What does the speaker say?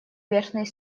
верхней